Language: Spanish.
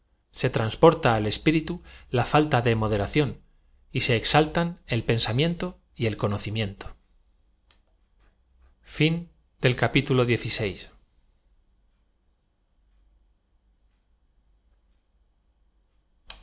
se transporta al eepiritu la falta de moderación y se exaltan el penaa miento y el conocimiento i